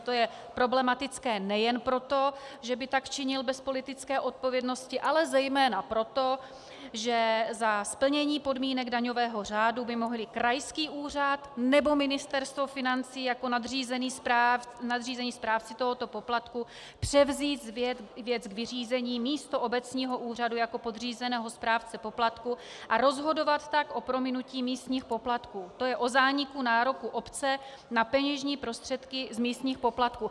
To je problematické nejen proto, že by tak činil bez politické odpovědnosti, ale zejména proto, že za splnění podmínek daňového řádu by mohl krajský úřad nebo Ministerstvo financí jako nadřízení správci tohoto poplatku převzít věc k vyřízení místo obecního úřadu jako podřízeného správce poplatku a rozhodovat tak o prominutí místních poplatků, tj. o zániku nároku obce na peněžní prostředky z místních poplatků.